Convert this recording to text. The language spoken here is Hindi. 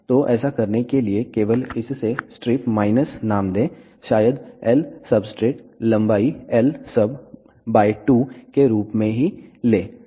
तो ऐसा करने के लिए केवल इससे स्ट्रिप माइनस नाम दें शायद l सब्सट्रेट लंबाई lsub 2 के रूप में ही ले और फिर w